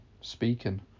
speaking